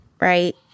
right